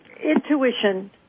intuition